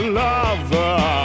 lover